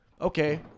Okay